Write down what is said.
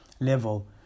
level